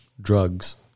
drugs